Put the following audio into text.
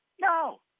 No